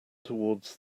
towards